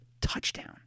touchdown